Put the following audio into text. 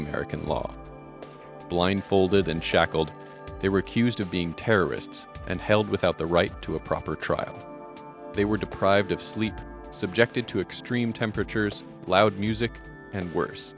american law blindfolded and shackled they were accused of being terrorists and held without the right to a proper trial they were deprived of sleep subjected to extreme temperatures loud music and worse